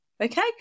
okay